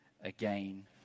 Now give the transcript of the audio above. again